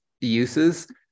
uses